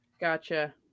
Gotcha